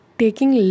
taking